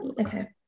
okay